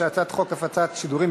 ההצעה להעביר את הצעת חוק הפצת שידורים